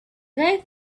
guy